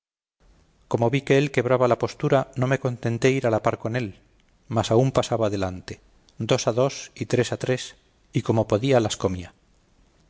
como vi que él quebraba la postura no me contenté ir a la par con él mas aun pasaba adelante dos a dos y tres a tres y como podía las comía